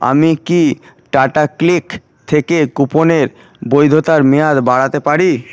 আমি কি টাটা ক্লিক থেকে কুপনের বৈধতার মেয়াদ বাড়াতে পারি